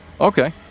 Okay